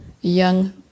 young